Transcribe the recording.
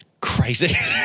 crazy